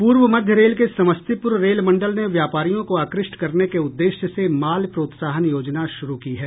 पूर्व मध्य रेल के समस्तीपूर रेल मंडल ने व्यापारियों को आकृष्ट करने के उद्वेश्य से माल प्रोत्साहन योजना शुरू की है